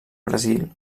brasil